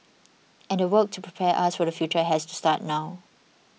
and the work to prepare us for the future has to start now